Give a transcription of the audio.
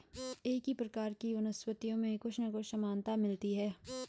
एक ही प्रकार की वनस्पतियों में कुछ ना कुछ समानता मिलती है